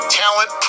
talent